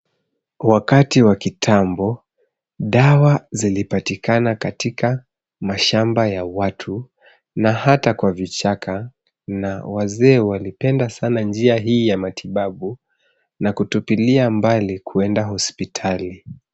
Wakati wa kitambo, dawa zilipatika katika mashamba ya watu na hata kwa vichaka na wazee walipenda sana njia hii ya matibabu na kutupilia mbali kwenda hospitali.